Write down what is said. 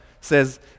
says